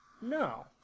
No